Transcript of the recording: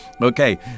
Okay